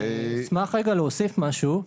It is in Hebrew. אני אשמח להוסיף משהו.